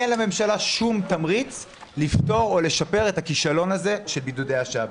אין לממשלה שום תמריץ לפתור או לשפר את הכישלון הזה של בידודי השווא.